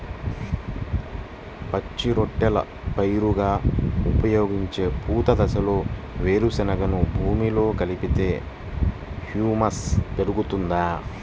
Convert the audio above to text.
పచ్చి రొట్టెల పైరుగా ఉపయోగించే పూత దశలో వేరుశెనగను భూమిలో కలిపితే హ్యూమస్ పెరుగుతుందా?